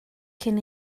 cyn